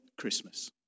Christmas